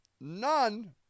None